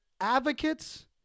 advocates